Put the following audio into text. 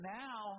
now